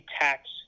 tax